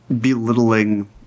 belittling